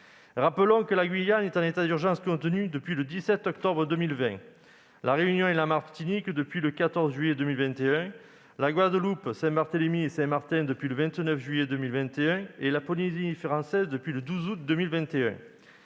Rappelons que la Guyane est en état d'urgence continu depuis le 17 octobre 2020, La Réunion et la Martinique depuis le 14 juillet 2021, la Guadeloupe, Saint-Barthélemy et Saint-Martin depuis le 29 juillet 2021, et la Polynésie française depuis le 12 août 2021.